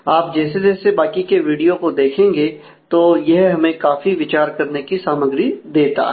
आप जैसे जैसे बाकी के वीडियो को देखेंगे तो यह हमें काफी विचार करने की सामग्री देता है